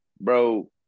bro